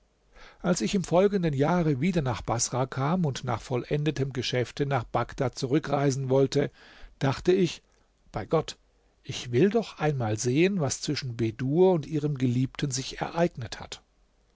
als ich im folgenden jahre wieder nach baßrah kam und nach vollendetem geschäfte nach bagdad zurückreisen wollte dachte ich bei gott ich will doch einmal sehen was zwischen bedur und ihrem geliebten sich ereignet hat